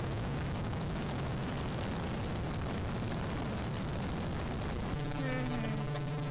ᱟᱪᱪᱷᱟ ᱦᱩᱸ ᱦᱩᱸ